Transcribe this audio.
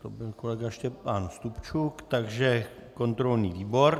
To byl kolega Štěpán Stupčuk, takže kontrolní výbor.